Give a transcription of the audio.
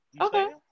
Okay